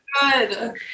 Good